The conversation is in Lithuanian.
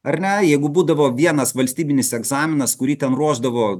ar ne jeigu būdavo vienas valstybinis egzaminas kurį ten ruošdavo